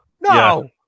No